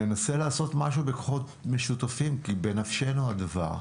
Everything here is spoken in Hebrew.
ננסה לעשות משהו בכוחות משותפים כי בנפשנו הדבר.